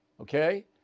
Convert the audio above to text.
Okay